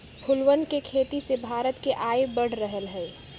फूलवन के खेती से भारत के आय बढ़ रहले है